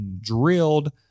drilled